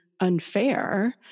unfair